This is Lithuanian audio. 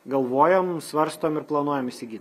galvojam svarstom ir planuojam įsigyt